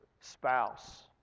spouse